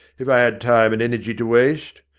if i had time and energy to waste.